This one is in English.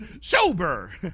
sober